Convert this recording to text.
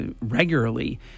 regularly